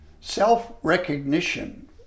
Self-recognition